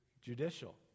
judicial